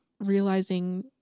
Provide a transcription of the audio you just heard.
realizing